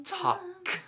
talk